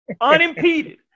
Unimpeded